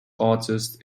artist